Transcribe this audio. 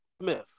Smith